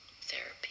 therapy